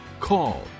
call